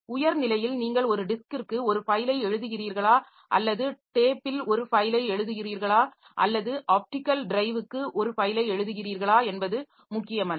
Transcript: உயர் நிலையில் நீங்கள் ஒரு டிஸ்க்கிற்க்கு ஒரு ஃபைலை எழுதுகிறீர்களா அல்லது டேப்பில் ஒரு ஃபைலை எழுதுகிறீர்களா அல்லது ஆப்டிகல் டிரைவிற்கு ஒரு ஃபைலை எழுதுகிறீர்களா என்பது முக்கியமல்ல